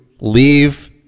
leave